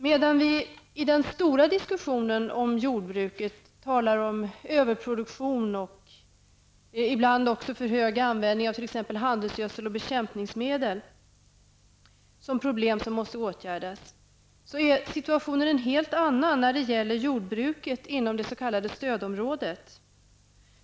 Medan vi i den stora diskussionen om jordbruket talar om överproduktion och ibland också om för hög användning av t.ex. handelsgödsel och bekämpningsmedel som problem som måste åtgärdas, är situationen en helt annan när det gäller jordbruket inom det s.k. stödområdet.